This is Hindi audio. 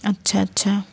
अच्छा अच्छा